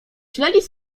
sobie